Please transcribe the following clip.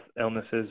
illnesses